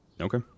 okay